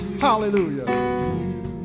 Hallelujah